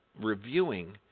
reviewing